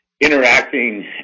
interacting